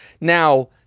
Now